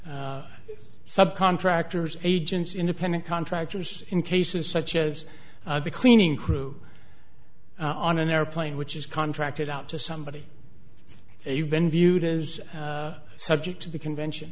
these subcontractors agents independent contractors in cases such as the cleaning crew on an airplane which is contracted out to somebody you've been viewed is subject to the convention